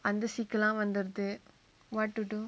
அந்த:antha sick lah வந்துருது:vanthuruthu what to do